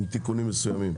עם תיקונים מסוימים.